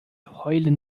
heulen